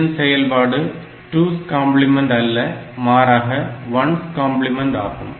இதன் செயல்பாடு 2's complement அல்ல மாறாக 1's கம்பிளிமெண்ட் ஆகும்